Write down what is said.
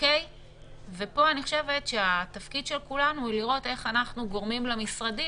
פה התפקיד של כולנו לראות איך אנחנו גורמים למשרדים,